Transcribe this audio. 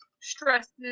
stresses